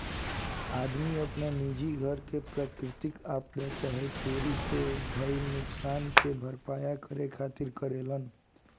आदमी आपन निजी घर के प्राकृतिक आपदा चाहे चोरी से भईल नुकसान के भरपाया करे खातिर करेलेन